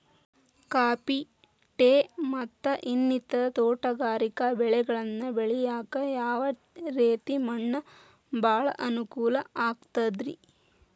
Coffee, tea, ಮತ್ತ ಇನ್ನಿತರ ತೋಟಗಾರಿಕಾ ಬೆಳೆಗಳನ್ನ ಬೆಳೆಯಾಕ ಯಾವ ರೇತಿ ಮಣ್ಣ ಭಾಳ ಅನುಕೂಲ ಆಕ್ತದ್ರಿ?